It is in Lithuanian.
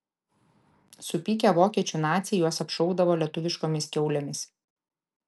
supykę vokiečių naciai juos apšaukdavo lietuviškomis kiaulėmis